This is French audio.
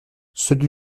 celui